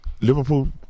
Liverpool